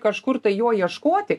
kažkur tai jo ieškoti